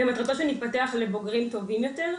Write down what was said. ואם את רוצה שנתפתח לבוגרים טובים יותר,